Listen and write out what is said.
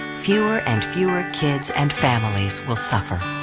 fewer and fewer kids and families will suffer.